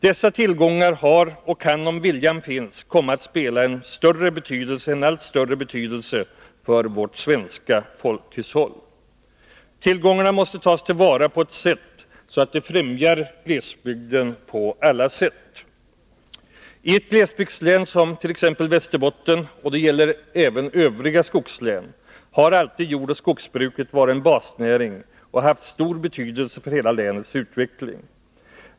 Dessa tillgångar har stor betydelse och kan, om vilja finns, komma att få en än större betydelse för vårt svenska folkhushåll. Tillgångarna måste tas till vara, på ett sådant sätt att de främjar glesbygden i alla avseenden. I ett glesbygdslän som t.ex. Västerbotten — och det gäller även för övriga skogslän — har jordoch skogsbruket alltid varit en basnäring och haft en stor betydelse för hela länets utveckling.